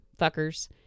fuckers